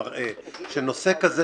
מראה שנושא כזה,